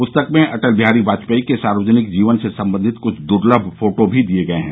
पुस्तक में अटल बिहारी वाजपेयीके सार्वजनिक जीवन से संबंधित कुछ दुर्लभ फोटो भी दिए गए हैं